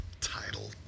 title